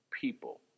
people